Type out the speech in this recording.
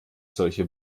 solche